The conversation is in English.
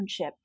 internship